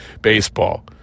baseball